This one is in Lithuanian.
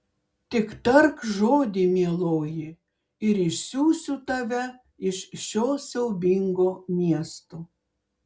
tik tark žodį mieloji ir išsiųsiu tave iš šio siaubingo miesto